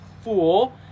fool